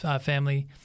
family